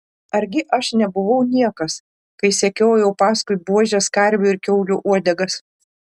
argi aš nebuvau niekas kai sekiojau paskui buožės karvių ir kiaulių uodegas